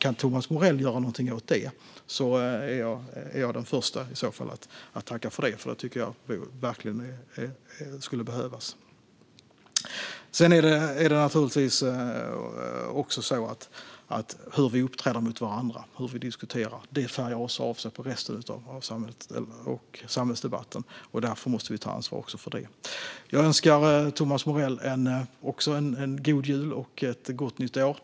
Kan Thomas Morell göra någonting åt det är jag den förste att tacka, för det tycker jag verkligen skulle behövas. Hur vi uppträder mot varandra och hur vi diskuterar färgar naturligtvis också av sig på resten av samhället och samhällsdebatten. Därför måste vi ta ansvar även för det. Jag önskar Thomas Morell en god jul och ett gott nytt år.